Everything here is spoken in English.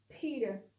Peter